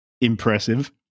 impressive